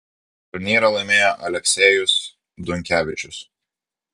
turnyrą laimėjo aleksejus dunkevičius